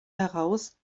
heraus